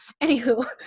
Anywho